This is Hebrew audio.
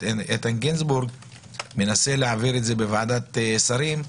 איתן גינזבורג מנסה להעביר אותו בוועדת השרים,